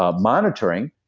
um monitoring,